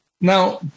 Now